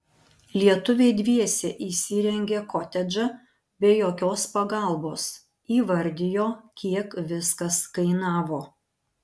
lietuviai dviese įsirengė kotedžą be jokios pagalbos įvardijo kiek viskas kainavo